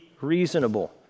reasonable